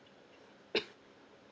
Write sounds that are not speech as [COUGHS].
[COUGHS]